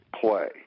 play